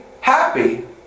happy